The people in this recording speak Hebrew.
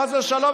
חס ושלום,